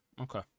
Okay